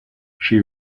she